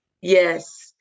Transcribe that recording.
yes